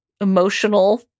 emotional